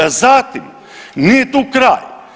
Zatim, nije tu kraj.